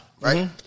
right